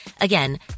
Again